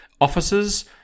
officers